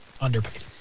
Underpaid